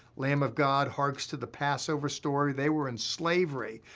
lamb of god harks to the passover story. they were in slavery,